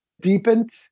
deepened